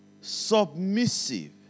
Submissive